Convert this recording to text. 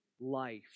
life